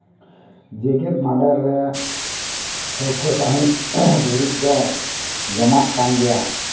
ᱡᱮᱜᱮᱛ ᱢᱟᱰᱮᱨ ᱨᱮ ᱴᱷᱟᱹᱣᱠᱟᱹ ᱥᱟᱺᱦᱤᱡ ᱫᱚᱨᱤᱵ ᱫᱚ ᱡᱚᱢᱟᱜ ᱠᱟᱱ ᱜᱮᱭᱟ